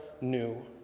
new